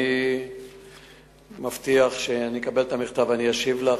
אני מבטיח שכשאני אקבל את המכתב אני אשיב לך.